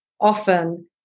often